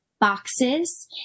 boxes